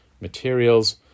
materials